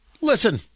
Listen